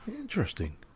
Interesting